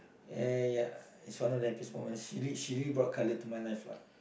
and ya it's one of the happiest moments she really she really brought color to my life ah